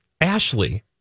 Ashley